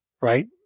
right